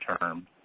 term